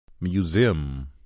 museum